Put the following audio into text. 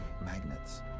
Magnets